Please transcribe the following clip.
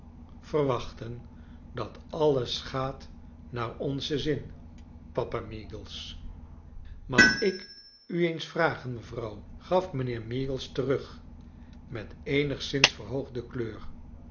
verwachten dat alles gaat naar onzen zin papa meagles mag ik u eens vragen mevrouw gaf mijnheer meagles terug met eenigszins verhoogde kleur